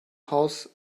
haus